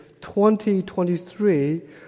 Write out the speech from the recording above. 2023